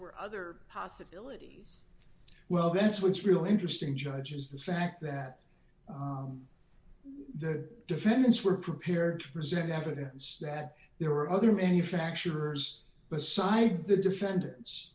were other possibilities well that's what's really interesting judge is the fact that the defendants were prepared to present evidence that there were other manufacturers besides the defendant